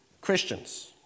Christians